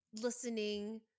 listening